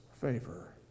favor